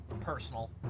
personal